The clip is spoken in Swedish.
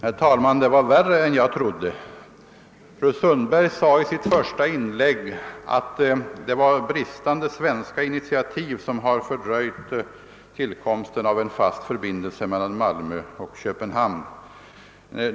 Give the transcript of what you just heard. Herr talman! Det var värre än jag trodde. Fru Sundberg gjorde i sitt första inlägg gällande att det var bristen på svenska initiativ som hade fördröjt tillkomsten av en fast förbindelse mellan Malmö och Köpenhamn.